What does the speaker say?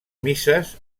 misses